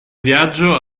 viaggio